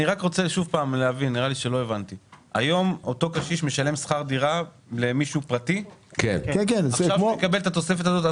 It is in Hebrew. אני חושב שההחלטה על מיקום המקבצים החדשים